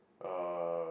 uh